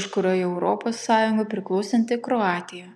už kurio jau europos sąjungai priklausanti kroatija